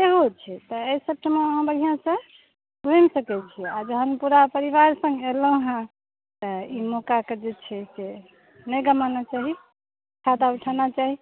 सेहो छै तऽ एहि सभठमा बढ़िआँसँ घुमि सकैत छी आ जहन पूरा परिवार सङ्ग एलहुँ हेँ तऽ ई मौकाकेँ जे छै से नहि गमाना चाही फायदा उठाना चाही